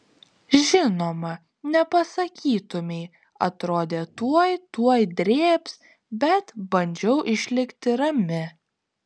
žinoma nepasakytumei atrodė tuoj tuoj drėbs bet bandžiau išlikti rami